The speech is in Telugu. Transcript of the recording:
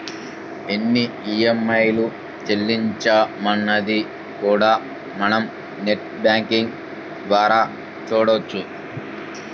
ఎన్ని ఈఎంఐలు చెల్లించామన్నది కూడా మనం నెట్ బ్యేంకింగ్ ద్వారా చూడొచ్చు